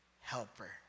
helper